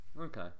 Okay